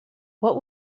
what